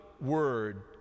word